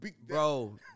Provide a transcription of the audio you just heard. Bro